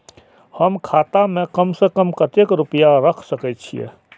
हम खाता में कम से कम कतेक रुपया रख सके छिए?